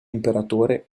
imperatore